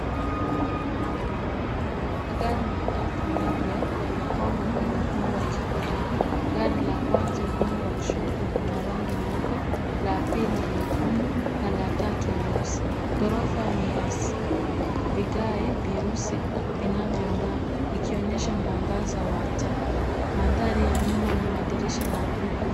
Magari matatu mapya, yamepangwa kwenye chumba kikubwa. Gari la kwanza upande wa kushoto lina na rangi nyeupe, la pili nyekundu, la tatu nyeusi. Ghorofa ni ya vigae vyeusi vinavyong'aa, vikionyesha mwangaza wa taa. Mandhari ya nyuma ni madirisha makubwa.